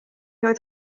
oedd